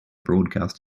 broadcast